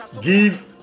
Give